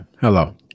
hello